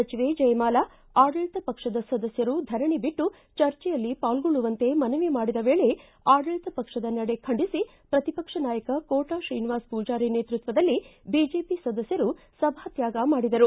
ಸಚಿವೆ ಜಯಮಾಲಾ ಆಡಳಿತ ಪಕ್ಷದ ಸದಸ್ಯರು ಧರಣಿ ಬಿಟ್ನು ಚರ್ಚೆಯಲ್ಲಿ ಪಾಲ್ಗೊಳ್ಳುವಂತೆ ಮನವಿ ಮಾಡಿದ ವೇಳೆ ಆಡಳಿತ ಪಕ್ಷದ ನಡೆ ಖಂಡಿಸಿ ಪ್ರತಿಪಕ್ಷೆ ನಾಯಕ ಕೋಟಾ ಶ್ರೀನಿವಾಸ ಪೂಜಾರಿ ನೇತೃತ್ವದಲ್ಲಿ ಬಿಜೆಪಿ ಸದಸ್ಯರು ಸಭಾತ್ಯಾಗ ಮಾಡಿದರು